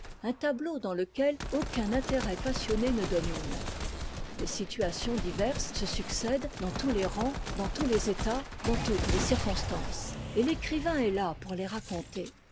un tableau dans lequel aucun intérêt passionné ne domine des situations diverses se succèdent dans tous les rangs dans tous les états dans toutes les circonstances et l'écrivain est là pour les raconter